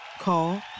Call